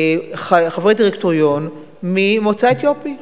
חברי דירקטוריון ממוצא אתיופי.